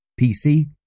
PC